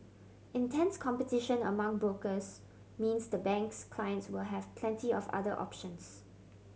intense competition among brokers means the bank's clients will have plenty of other options